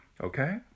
Okay